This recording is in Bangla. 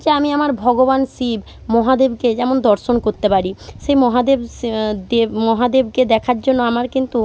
যে আমি আমার ভগবান শিব মহাদেবকে যেন দর্শন করতে পারি সেই মহাদেব সে দেব মহাদেবকে দেখার জন্য আমার কিন্তু